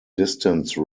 distance